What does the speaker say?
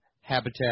Habitat